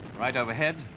right overhead,